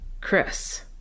Chris